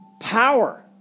power